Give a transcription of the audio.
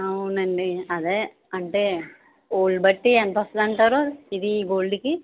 అవునండీ అదే అంటే గోల్డ్ బట్టి ఎంతొస్తుందంటారు ఇది ఈ గోల్డ్కి